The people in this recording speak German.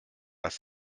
das